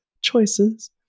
Choices